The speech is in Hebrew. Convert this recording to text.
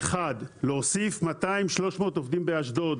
א' להוסיף 200, 300, עובדים באשדוד.